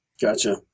Gotcha